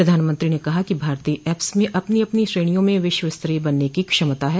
प्रधानमंत्री ने कहा कि भारतीय ऐप्स में अपनी अपनी श्रेणियों में विश्व स्तरीय बनने की क्षमता है